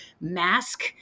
mask